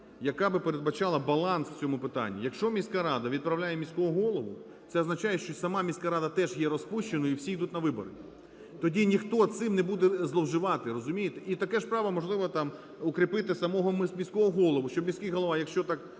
яка би передбачала баланс в цьому питані. Якщо міська рада відправляє міського голову, це означає, що сама міська рада теж є розпущеною і всі йдуть на вибори. Тоді ніхто цим не буде зловживати, розумієте? І таке ж право, можливо, там укріпити самого міського голову. Щоб міський голова, якщо так